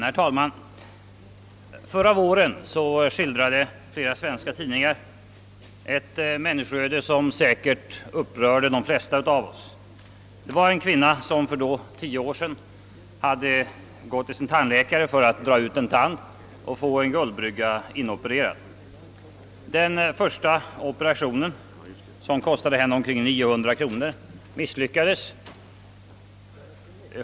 Herr talman! Förra våren skildrade flera svenska tidningar ett människoöde, som säkert upprörde de flesta av OSS. Det var en kvinna som för då tio år sedan hade gått till sin tandläkare för att låta dra ut en tand och få en guldbrygga inopererad. Den första operationen, som kostade henne omkring 900 kronor, misslyckades.